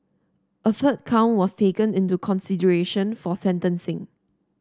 a third count was taken into consideration for sentencing